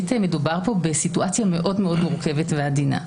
מדובר כאן בסיטואציה מאוד מאוד מורכבת ועדינה.